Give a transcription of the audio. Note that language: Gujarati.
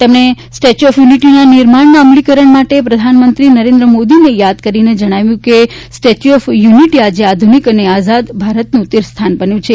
તેમણે સ્ટેચ્યુ ઓફ યુનિટીના નિર્માણના અમલીકરણ માટે પ્રધાનમંત્રી નરેન્દ્ર મોદીને યાદ કરી જણાવ્યું કે સ્ટેચ્યુ ઓફ યુનિટી આજે આધુનિક અને આઝાદ ભારતનું તીર્થસ્થાન બન્યું છે